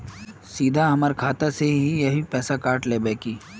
सीधा हमर खाता से ही आहाँ पैसा काट लेबे की?